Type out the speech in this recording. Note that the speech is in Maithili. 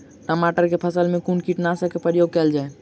टमाटर केँ फसल मे कुन कीटनासक केँ प्रयोग कैल जाय?